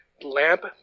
lamp